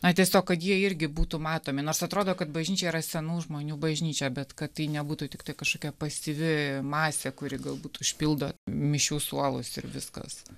na tiesiog kad jie irgi būtų matomi nors atrodo kad bažnyčia yra senų žmonių bažnyčia bet kad tai nebūtų tiktai kažkokia pasyvi masė kuri galbūt užpildo mišių suolus ir viskas